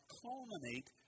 culminate